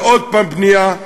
ועוד פעם בנייה,